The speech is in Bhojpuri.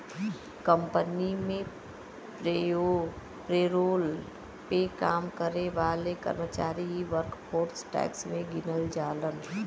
कंपनी में पेरोल पे काम करे वाले कर्मचारी ही वर्कफोर्स टैक्स में गिनल जालन